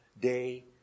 day